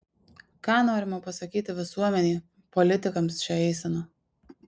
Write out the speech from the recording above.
ką norima pasakyti visuomenei politikams šia eisena